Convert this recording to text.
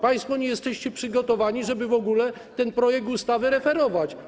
Państwo nie jesteście przygotowani, żeby w ogóle ten projekt ustawy referować.